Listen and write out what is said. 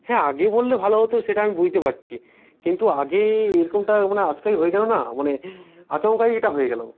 হ্যাঁ আগে বললে ভালো হতো সেটা আমি বুঝতে পারছি কিন্তু আগে এরকমটা মনে হয় আঁচকাই হয়ে গেলো না মানে আচমকাই এটা হয়ে গেলো